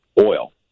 oil